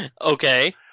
Okay